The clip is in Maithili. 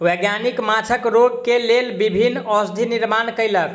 वैज्ञानिक माँछक रोग के लेल विभिन्न औषधि निर्माण कयलक